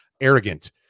arrogant